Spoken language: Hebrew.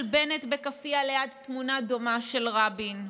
בנט בכאפיה ליד תמונה דומה של רבין.